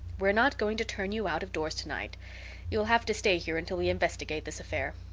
we're not going to turn you out-of-doors to-night. you'll have to stay here until we investigate this affair.